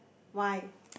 why